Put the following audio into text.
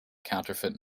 counterfeit